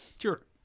Sure